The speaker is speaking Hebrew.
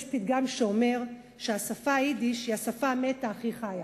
יש פתגם שאומר שהיידיש היא השפה המתה הכי חיה.